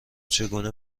چگونه